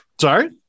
sorry